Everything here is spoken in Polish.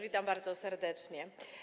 Witam bardzo serdecznie.